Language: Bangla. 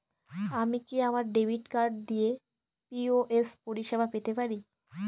আমি কি আমার ডেবিট কার্ড দিয়ে পি.ও.এস পরিষেবা পেতে পারি?